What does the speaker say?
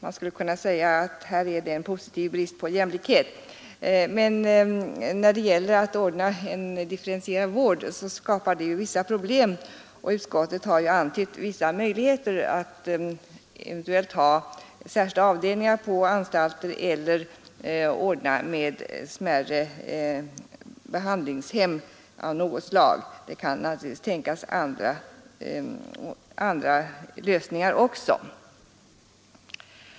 Man skulle kunna säga att här är det en positiv brist på jämlikhet, men den skapar vissa problem när det gäller att ordna differentierad vård. Utskottet har antytt vissa möjligheter — att eventuellt inrätta särskilda avdelningar för kvinnor vid vissa lokalanstalter eller ordna smärre behandlingshem av något slag. Det kan naturligtvis tänkas andra lösningar också.